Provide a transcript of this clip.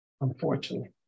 Unfortunately